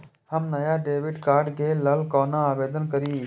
हम नया debit card के लल कौना आवेदन करि?